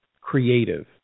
creative